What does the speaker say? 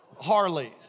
Harley